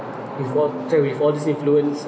before this influence